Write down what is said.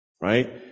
Right